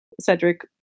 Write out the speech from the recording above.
Cedric